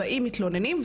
באים מתלוננים,